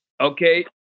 Okay